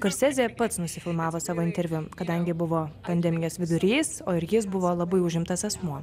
skorsezė pats nusifilmavo savo interviu kadangi buvo pandemijos vidurys o ir jis buvo labai užimtas asmuo